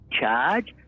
charge